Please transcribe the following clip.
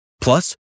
Plus